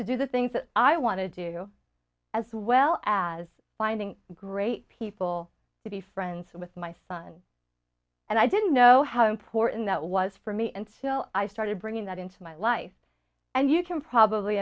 to do the things that i want to do as well as finding great people to be friends with my son and i didn't know how important that was for me and still i started bringing that into my life and you can probably